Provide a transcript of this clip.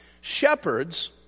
Shepherds